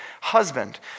husband